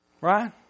Right